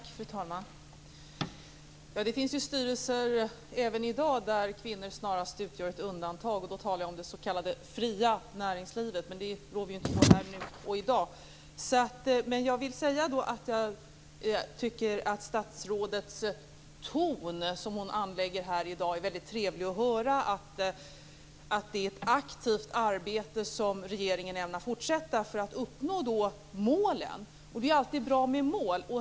Fru talman! Det finns styrelser även i dag där kvinnor snarast utgör ett undantag. Då talar jag om det s.k. fria näringslivet. Men det rår vi inte på i dag. Jag vill säga att jag tycker att den ton som statsrådet anlägger här i dag är väldigt trevlig att höra. Det är ett aktivt arbete som regeringen ämnar fortsätta för att uppnå målen. Det är alltid bra med mål.